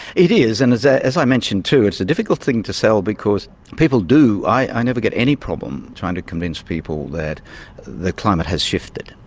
it is. and as ah as i mentioned too, it's a difficult thing to sell because people do i never get any problem trying to convince people that the climate has shifted.